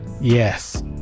Yes